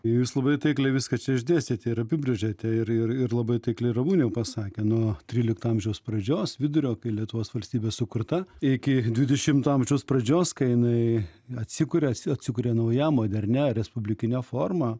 jūs labai taikliai viską čia išdėstėte ir apibrėžėte ir ir ir labai taikliai ramunė pasakė nuo trylikto amžiaus pradžios vidurio kai lietuvos valstybė sukurta iki dvidešimto amžiaus pradžios kai jinai atsikuria atsikuria nauja modernia respublikine formą